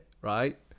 right